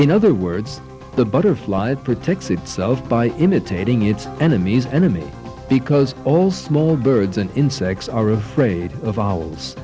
in other words the butterflied protects itself by imitating its enemies enemy because all small birds and insects are afraid of